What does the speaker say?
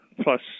plus